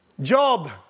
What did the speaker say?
Job